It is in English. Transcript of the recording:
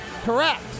correct